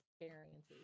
experiences